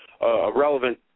relevant